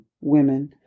women